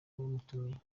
bamutumiye